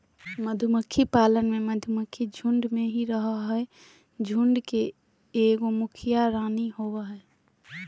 मधुमक्खी पालन में मधुमक्खी झुंड में ही रहअ हई, झुंड के मुखिया रानी होवअ हई